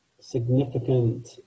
significant